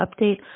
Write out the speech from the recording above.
update